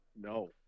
No